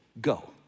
go